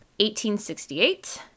1868